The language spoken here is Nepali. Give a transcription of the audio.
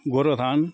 गोरुबथान